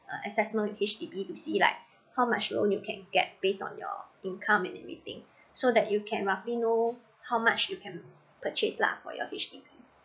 uh assessment with H_D_B to see like how much your own you can get based on your income and everything so that you can roughly know how much you can purchase lah for your H_D_B